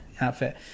outfit